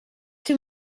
too